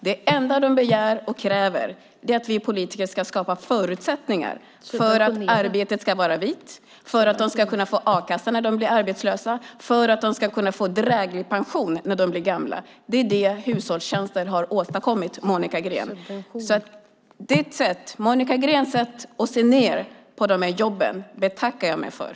Det enda de begär och kräver är att vi politiker ska skapa förutsättningar för att arbetet ska vara vitt, för att de ska kunna få a-kassa när de blir arbetslösa, för att de ska kunna få dräglig pension när de blir gamla. Det är det hushållstjänsten har åstadkommit, Monica Green. Monica Greens sätt att se ned på dessa jobb betackar jag mig för.